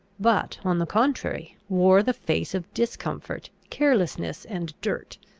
but, on the contrary, wore the face of discomfort, carelessness, and dirt.